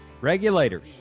Regulators